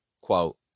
Quote